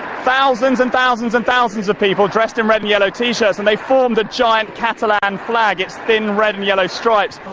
thousands and thousands and thousands of people dressed in red and yellow t-shirts, and they formed the giant catalan flag, its thin red and yellow stripes.